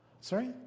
Sorry